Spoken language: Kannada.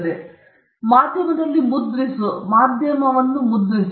ಆದ್ದರಿಂದ ಮಾಧ್ಯಮದಲ್ಲಿ ಮುದ್ರಿಸು ಮಾಧ್ಯಮವನ್ನು ಮುದ್ರಿಸು